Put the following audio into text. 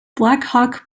blackhawk